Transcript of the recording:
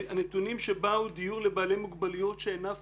הנתונים שבאו, דיור לבעלי מוגבלויות שאינה פיזית,